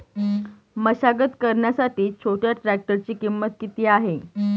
मशागत करण्यासाठी छोट्या ट्रॅक्टरची किंमत किती आहे?